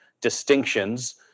distinctions